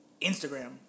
Instagram